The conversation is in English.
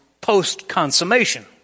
post-consummation